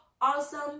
awesome